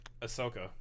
Ahsoka